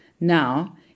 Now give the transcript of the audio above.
now